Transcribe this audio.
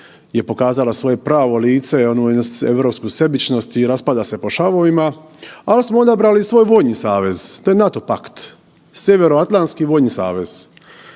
je pokazala svoje pravo lice, onu jednu europsku sebičnosti i raspada se po šavovima, ali smo odabrali svojevoljni savez, to je NATO pakt. Sjeveroatlantski vojni savez